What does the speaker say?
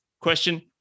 question